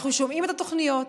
אנחנו שומעים את התוכניות,